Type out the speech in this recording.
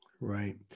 Right